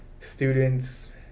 students